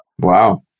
Wow